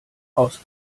aus